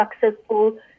successful